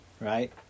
right